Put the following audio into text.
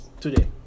today